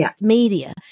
media